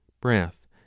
breath